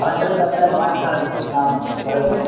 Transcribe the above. अनन्तरं तत्र भवान् तत् आं वदतु